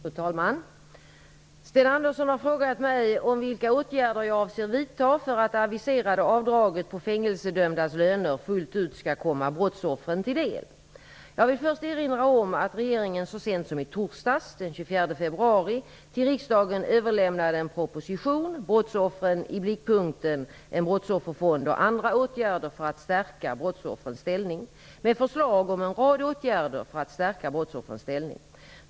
Fru talman! Sten Andersson i Malmö har frågat mig vilka åtgärder jag avser vidta för att det aviserade avdraget på fängelsedömdas löner fullt ut skall komma brottsoffren till del. Jag vill först erinra om att regeringen så sent som i torsdags, den 24 februari, till riksdagen överlämnade en proposition med förslag om en rad åtgärder för att stärka brottsoffrens ställning.